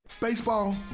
Baseball